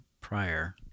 prior